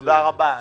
תודה רבה.